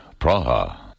Praha